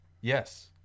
Yes